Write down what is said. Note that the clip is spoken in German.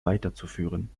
weiterzuführen